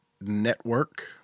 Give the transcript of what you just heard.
Network